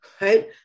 right